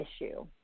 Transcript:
issue